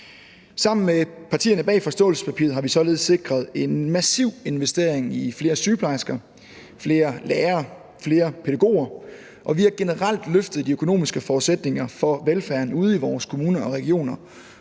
Sammen med partierne bag forståelsespapiret har vi således sikret en massiv investering i flere sygeplejersker, flere lærere, flere pædagoger, og vi har generelt løftet de økonomiske forudsætninger for velfærden ude i vores kommuner og regioner